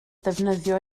ddefnyddio